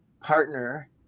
partner